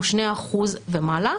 הוא 2% ומעלה.